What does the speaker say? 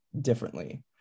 differently